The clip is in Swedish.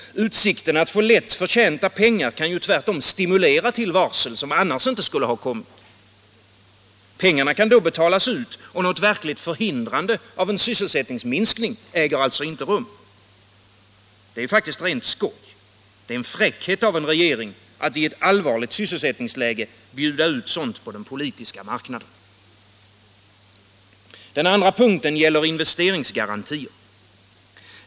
Utsikten att få lätt förtjänta pengar kan ju stimulera till varsel som annars inte skulle ha kommit. Pengarna kan då betalas ut, och något verkligt förhindrande av sysselsättningsminskning äger alltså inte rum. Det är faktiskt rent skoj. Det är en fräckhet av en regering att i ett allvarligt sysselsättningsläge bjuda ut sådant på den politiska marknaden. Den andra punkten gäller investeringsgarantier.